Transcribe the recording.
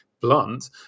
blunt